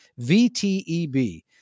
VTEB